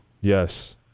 Yes